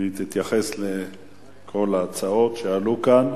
והיא תתייחס לכל ההצעות שעלו כאן,